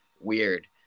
weird